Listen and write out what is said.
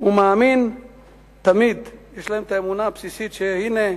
ומאמין תמיד, יש להם האמונה הבסיסית שהנה,